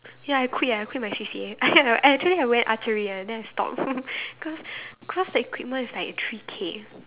ya I quit ah I quit my C_C_A actually I went archery one then I stop cause cause the equipment is like three K